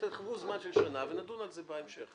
תכתבו זמן של שנה, ונדון על זה בהמשך.